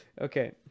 Okay